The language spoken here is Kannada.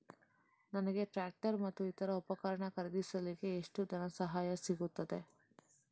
ನನಗೆ ಟ್ರ್ಯಾಕ್ಟರ್ ಮತ್ತು ಇತರ ಉಪಕರಣ ಖರೀದಿಸಲಿಕ್ಕೆ ಎಷ್ಟು ಧನಸಹಾಯ ಸಿಗುತ್ತದೆ?